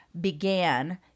began